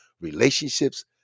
relationships